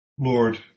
Lord